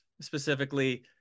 specifically